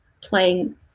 playing